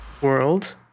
world